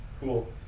cool